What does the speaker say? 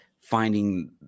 finding